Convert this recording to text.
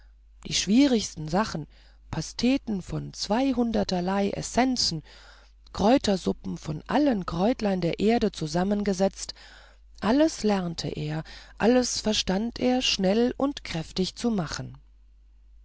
die schwierigsten sachen pasteten von zweihunderterlei essenzen kräutersuppen von allen kräutlein der erde zusammengesetzt alles lernte er alles verstand er schnell und kräftig zu machen